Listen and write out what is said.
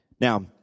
Now